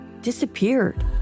disappeared